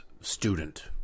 student